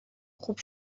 خوب